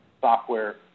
software